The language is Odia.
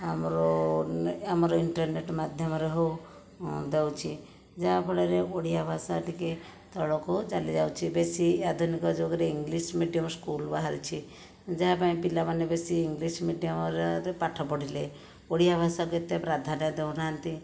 ଆମର ଆମର ଇଣ୍ଟରନେଟ ମାଧ୍ୟମରେ ହେଉ ଦେଉଛି ଯାହା ଫଳରେ ଓଡ଼ିଆ ଭାଷା ଟିକେ ତଳକୁ ଚାଲି ଯାଉଛି ବେଶି ଆଧୁନିକ ଯୁଗରେ ଇଂଲିଶ ମିଡ଼ିୟମ ସ୍କୁଲ ବାହାରିଛି ଯାହା ପାଇଁ ପିଲାମାନେ ବେଶି ଇଂଲିଶ ମିଡ଼ିୟମରେ ପାଠ ପଢ଼ିଲେ ଓଡ଼ିଆ ଭାଷାକୁ ଏତେ ପ୍ରାଧାନ୍ୟ ଦେଉ ନାହାନ୍ତି